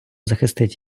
захистить